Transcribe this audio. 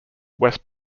west